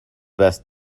best